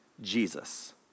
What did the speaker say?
Jesus